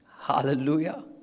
hallelujah